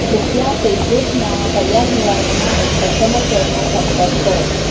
કૃપયા પૅઝેપનાફરિયાદ નિવારણ માટે કસ્ટમર કૅરનો સંપર્ક કરો